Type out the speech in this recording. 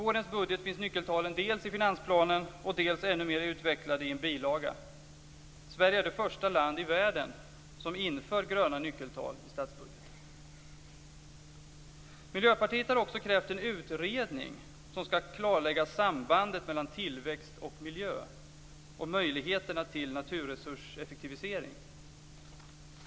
I vårens budget finns nyckeltalen dels i finansplanen, dels ännu mer utvecklade i en bilaga. Sverige är det första land i världen som inför gröna nyckeltal i statsbudgeten. Miljöpartiet har också krävt en utredning som skall klarlägga sambandet mellan tillväxt och miljö och möjligheterna till naturresurseffektivisering.